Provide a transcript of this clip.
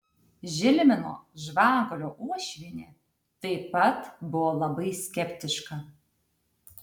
žilvino žvagulio uošvienė taip pat buvo labai skeptiška